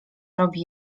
robi